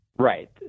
Right